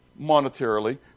monetarily